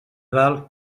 dalt